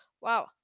Wow